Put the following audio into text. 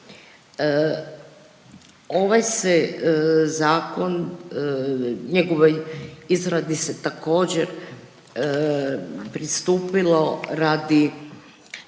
Ovaj se zakon, njegovoj izradi se također pristupilo radi